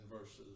verses